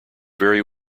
very